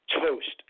toast